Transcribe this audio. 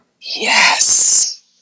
Yes